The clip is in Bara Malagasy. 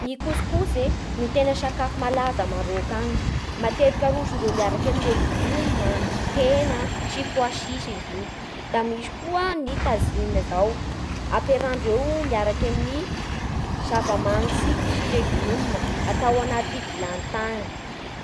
Ny couscous e no tena sakafo malaza a Marôka agny. Matetiky arosondreo miaraky amin'ny legioma, hena sy pois chiche izy io. Da misy koa ny tajine izao ampiarahandreo miaraky amin'ny zava-manitsy sy legioma atao anaty vilany tany.